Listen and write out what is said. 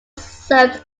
served